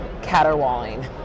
caterwauling